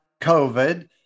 COVID